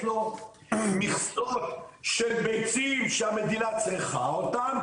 לו מכסות של ביצים שהמדינה צריכה אותם,